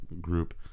group